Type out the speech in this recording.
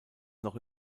noch